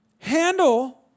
Handle